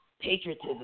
patriotism